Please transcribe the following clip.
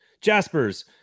Jaspers